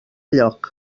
lloc